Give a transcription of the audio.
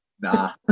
nah